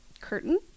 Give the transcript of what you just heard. curtain